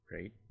Right